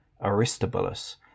Aristobulus